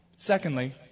Secondly